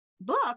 book